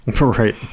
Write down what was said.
Right